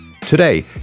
Today